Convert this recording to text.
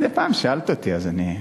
מדי פעם שאלת אותי אז אני,